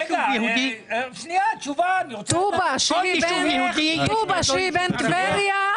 הרי ליד כל ישוב יהודי יש ישוב ערבי.